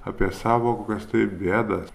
apie sąvokas tai bėdas